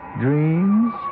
dreams